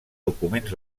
documents